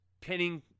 pinning